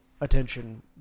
attention